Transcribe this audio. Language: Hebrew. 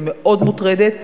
אני מאוד מוטרדת,